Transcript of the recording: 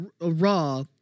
raw